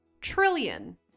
trillion